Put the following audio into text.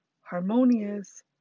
harmonious